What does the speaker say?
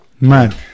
man